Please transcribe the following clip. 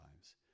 lives